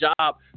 job